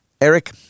Eric